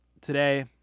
Today